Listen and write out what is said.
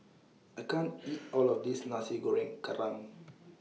I can't eat All of This Nasi Goreng Kerang